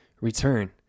return